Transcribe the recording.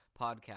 podcast